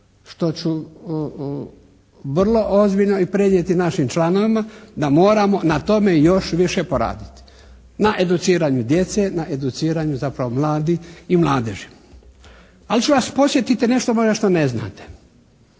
što ću vrlo ozbiljno i prenijeti našim članovima da moramo na tome još više poraditi. Na educiranju djece, na educiranje zapravo mladih i mladeži. Ali ću vas podsjetiti na nešto što ne znate.